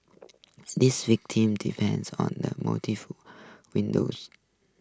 this victim defends on the winds